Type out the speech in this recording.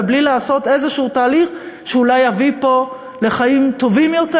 ובלי לעשות איזשהו תהליך שאולי יביא פה חיים טובים יותר,